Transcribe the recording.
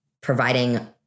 providing